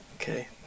Okay